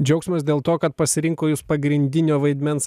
džiaugsmas dėl to kad pasirinko jus pagrindinio vaidmens